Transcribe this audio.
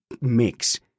mix